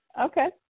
Okay